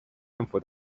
政府